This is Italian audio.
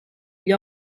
gli